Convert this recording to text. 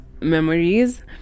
memories